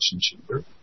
chamber